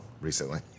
recently